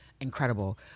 incredible